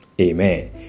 amen